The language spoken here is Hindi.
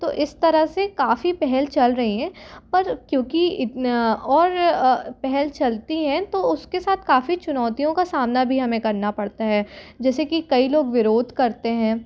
तो इस तरह से काफ़ी पहल चल रहीं हैं पर क्योंकि इतना और पहल चलती हैं तो उसके साथ काफ़ी चुनौतियों का सामना भी हमें करना पड़ता है जैसे कि कई लोग विरोध करते हैं